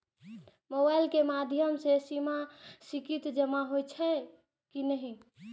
Mobile के माध्यम से सीमा किस्त जमा होई छै कि नहिं?